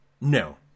No